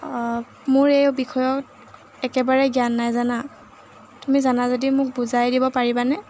অঁ মোৰ এই বিষয়ত একেবাৰে জ্ঞান নাই জানা তুমি জানা যদি মোক বুজাই দিব পাৰিবানে